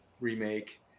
remake